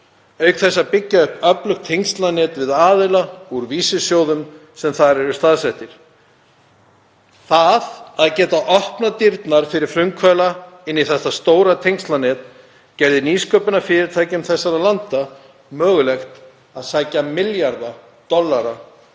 auk þess að byggja upp öflugt tengslanet við aðila úr vísisjóðum sem þar eru staðsettir. Það að geta opnað dyrnar fyrir frumkvöðla inn í þetta stóra tengslanet gerði nýsköpunarfyrirtækjum þessara landa mögulegt að sækja milljarða dollara